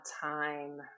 time